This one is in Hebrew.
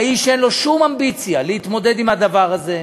האיש אין לו שום אמביציה להתמודד עם הדבר הזה,